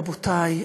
רבותיי,